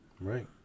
Right